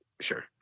Sure